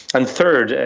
and third,